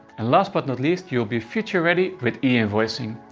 and last but not least you'll be future ready with e-invoicing.